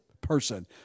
person